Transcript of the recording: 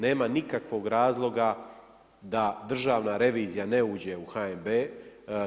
Nema nikakvog razloga da državna revizija ne uđe u HNB-e.